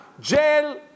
jail